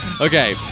Okay